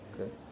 Okay